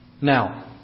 Now